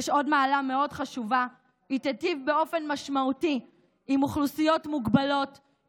יש עוד מעלה חשובה מאוד: היא תיטיב באופן משמעותי עם אוכלוסיות מוגבלות,